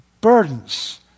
burdens